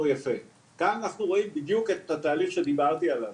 כאן אנחנו רואים בדיוק את התהליך שדיברתי עליו,